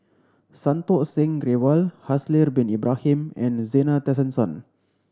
Santokh Singh Grewal Haslir Bin Ibrahim and the Zena Tessensohn